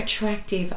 attractive